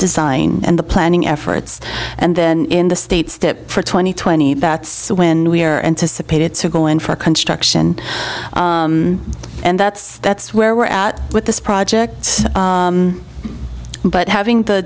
design and the planning efforts and then in the states step for twenty twenty that's when we are anticipated to go in for construction and that's that's where we're at with this project but having the